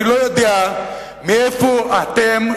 אני לא יודע מאיפה אתם,